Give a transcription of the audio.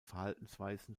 verhaltensweisen